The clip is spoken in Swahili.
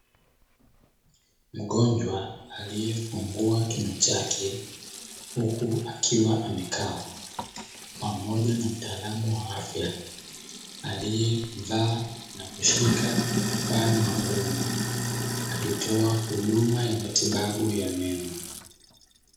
Mgonjwa aliyefungua kinywa chake, huku akiwa amekaa pamoja na mtaalamu wa afya aliyevaa na kushika kifaa maalumu akitoa huduma ya matibabu ya meno.